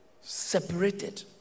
separated